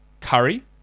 Curry